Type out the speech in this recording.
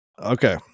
Okay